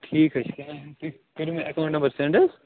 ٹھیٖک حظ چھُ کیٛاہ ونیٛوٗ تۅہہِ کٔرِیو مےٚ ایٚکاوُنٛٹ نمبر سیٚنٛڈ حظ